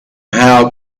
how